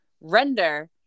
render